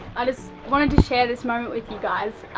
i just wanted to share this moment with you guys.